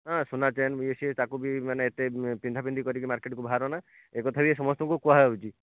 ଅଂ ସୁନା ଚେନ୍ ୟେ ସିଏ ତାକୁ ବି ମାନେ ଏତେ ୟେ ପିନ୍ଧା ପିନ୍ଧି କରିକି ମାର୍କେଟକୁ ବାହାରନା ଏ କଥା ବି ଏ ସମସ୍ତଙ୍କୁ କୁହାଯାଉଛି